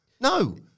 No